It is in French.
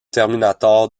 terminator